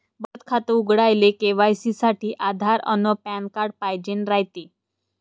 बचत खातं उघडाले के.वाय.सी साठी आधार अन पॅन कार्ड पाइजेन रायते